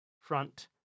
front